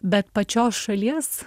bet pačios šalies